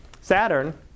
Saturn